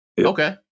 okay